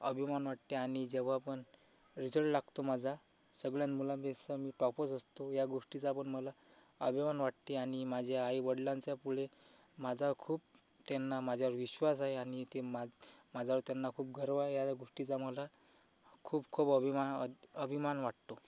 अभिमान वाटते आणि जेव्हा पण रिझल्ट लागतो माझा सगळ्या मुलांपेक्षा मी टॉपच असतो या गोष्टीचा पण मला अभिमान वाटते आणि माझ्या आईवडिलांच्यामुळे माझा खूप त्यांना माझ्यावर विश्वास आहे आणि ते मा माझ्यावर त्यांना खूप गर्व आहे या गोष्टीचा मला खूप खूप अभिमान अभिमान वाटतो